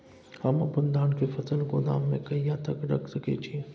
हम अपन धान के फसल गोदाम में कहिया तक रख सकैय छी?